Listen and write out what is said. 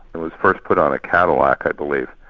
and was first put on a cadillac i believe.